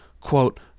quote